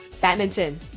Badminton